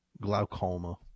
glaucoma